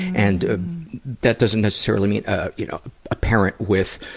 and that doesn't necessarily mean a you know ah parent with